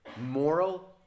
moral